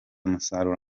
umusaruro